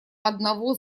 одного